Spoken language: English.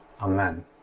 Amen